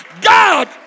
God